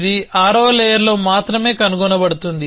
ఇది ఆరవ లేయర్లో మాత్రమే కనుగొనబడుతుంది